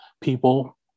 people